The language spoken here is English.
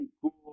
cool